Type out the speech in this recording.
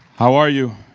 how are you?